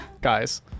guys